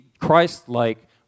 Christ-like